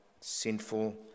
sinful